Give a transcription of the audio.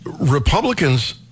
Republicans